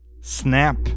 snap